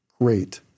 great